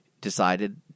decided